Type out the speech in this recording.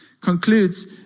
concludes